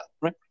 right